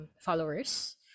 followers